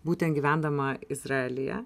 būtent gyvendama izraelyje